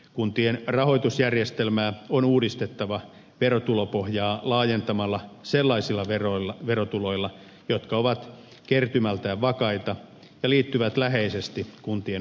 kuntien rahoitusjärjestelmää on uudistettava verotulopohjaa laajentamalla sellaisilla verotuloilla jotka ovat kertymältään vakaita ja liittyvät läheisesti kuntien omaan toimintaan